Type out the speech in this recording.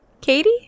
Katie